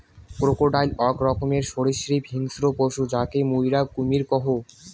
crocodile আক রকমের সরীসৃপ হিংস্র পশু যাকে মুইরা কুমীর কহু